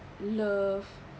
love